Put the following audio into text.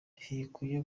ntikwiye